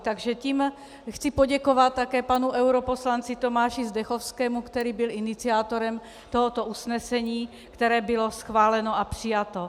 Takže tím chci poděkovat také panu europoslanci Tomáši Zdechovskému, který byl iniciátorem tohoto usnesení, které bylo schváleno a přijato.